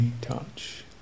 touch